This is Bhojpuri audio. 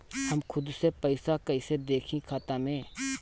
हम खुद से पइसा कईसे देखी खाता में?